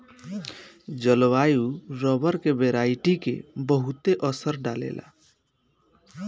जलवायु रबर के वेराइटी के बहुते असर डाले ला